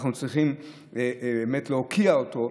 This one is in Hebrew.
ואנחנו צריכים באמת להוקיע אותו.